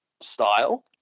style